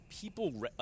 people